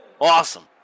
Awesome